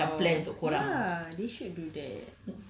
so it's all government dah macam plan untuk kau orang